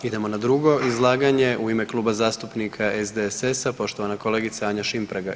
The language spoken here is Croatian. Idemo na drugo izlaganje u ime Kluba zastupnika SDSS-a poštovana kolegica Anja Šimpraga.